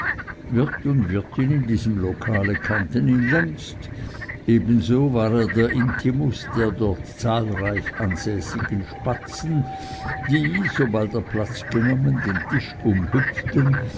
wirt und wirtin in diesem lokale kannten ihn längst ebenso war er intimus der dort zahlreich ansässigen spatzen die sobald er platz genommen den tisch umhüpften